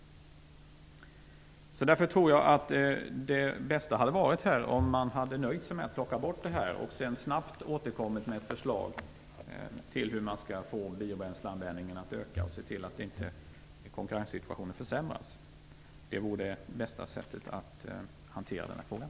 Jag tror att det bästa hade varit om man hade nöjt sig med att plocka bort denna nioöring och snabbt återkommit med förslag om hur man skall få biobränsleanvändningen att öka och om hur man skall se till att konkurrenssituationen inte försämras. Det vore det bästa sättet att hantera den här frågan.